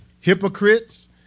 Hypocrites